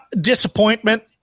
disappointment